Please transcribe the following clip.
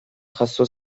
jaso